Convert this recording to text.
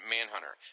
Manhunter